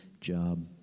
job